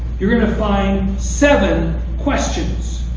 you're going to find seven questions.